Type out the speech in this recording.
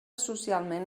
socialment